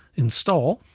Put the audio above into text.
install